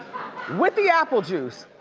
with the apple juice.